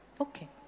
Okay